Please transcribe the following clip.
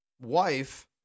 wife